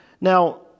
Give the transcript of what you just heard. Now